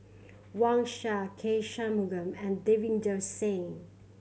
Wang Sha K Shanmugam and Davinder Singh